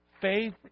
Faith